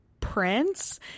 prince